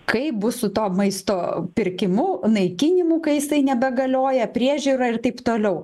kaip bus su to maisto pirkimu naikinimu kai jisai nebegalioja priežiūra ir taip toliau